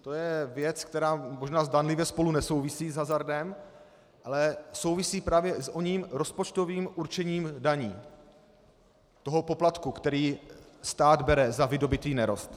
To je věc, která možná zdánlivě spolu s hazardem nesouvisí, ale souvisí právě s oním rozpočtovým určením daní toho poplatku, který stát bere za vydobytý nerost.